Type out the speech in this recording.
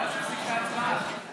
ללכת להצביע ולעזוב את האולם.